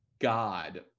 God